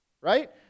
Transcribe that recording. Right